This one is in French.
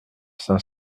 cinq